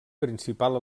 principal